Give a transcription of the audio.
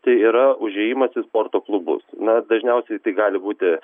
tai yra užėjimas į sporto klubus na dažniausiai tai gali būti